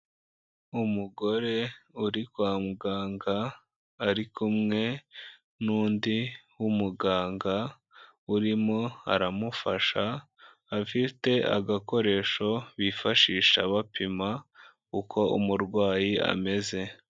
Umugore uri kwa muganga ari kumwe n'undi w'umuganga urimo aramufasha afite agakoresho bifashisha bapima uko umurwayi ameze.